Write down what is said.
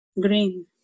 green